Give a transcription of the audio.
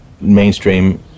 mainstream